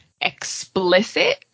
explicit